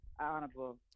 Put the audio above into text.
Honorable